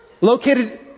located